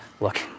look